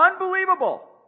Unbelievable